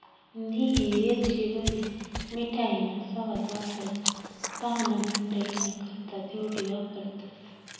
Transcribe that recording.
नियी येलचीवरी मिठाईना सवाद वाढस, पाव्हणामंडईना करता तेवढी वापरतंस